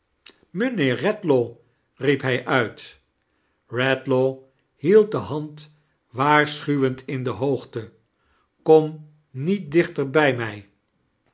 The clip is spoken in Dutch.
mijnheer eedlaw riep hij uit bedlaw hield de hand waarschuwend in de hoogte kom niet dichter bij mij